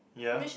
yeah